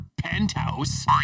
penthouse